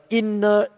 inner